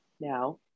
now